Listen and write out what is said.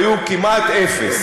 היו כמעט אפס.